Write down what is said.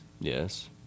Yes